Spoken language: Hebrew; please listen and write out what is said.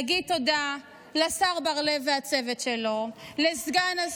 להגיד תודה לשר בר לב והצוות שלו, לסגן השר.